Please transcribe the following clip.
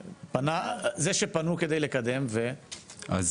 זה שפנו כדי לקדם ו- --?